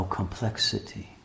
complexity